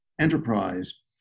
Enterprise